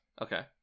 Okay